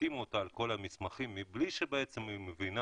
החתימו אותה על כל המסמכים מבלי שבעצם היא מבינה